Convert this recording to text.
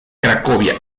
cracovia